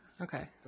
Okay